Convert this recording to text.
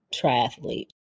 triathlete